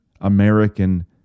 American